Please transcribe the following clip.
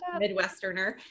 Midwesterner